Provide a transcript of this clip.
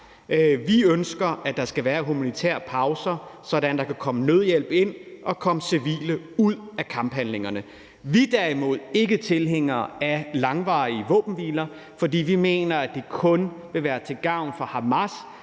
Vi ønsker, at der skal være humanitære pauser, sådan at der kan komme nødhjælp ind og civile kan ud af kamphandlingerne. Vi er derimod ikke tilhængere af langvarige våbenhviler, for vi mener, at det kun vil være til gavn for Hamas,